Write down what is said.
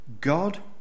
God